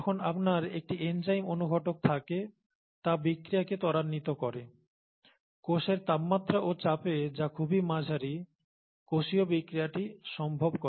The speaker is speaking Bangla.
যখন আপনার একটি এনজাইম অনুঘটক থাকে তা বিক্রিয়াকে ত্বরান্বিত করে কোষের তাপমাত্রা ও চাপে যা খুবই মাঝারি কোষীয় বিক্রিয়াটি সম্ভব করে